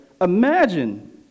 Imagine